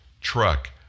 truck